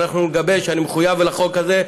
אני מחויב לחוק הזה,